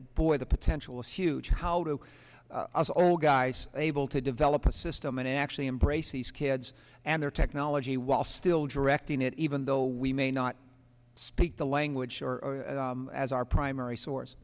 boy the potential is huge how to us all guys able to develop a system and actually embrace these kids and their technology while still directing it even though we may not speak the language as our primary source